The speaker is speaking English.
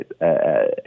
right